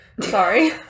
sorry